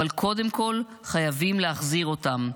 אבל קודם כול חייבים להחזיר אותם,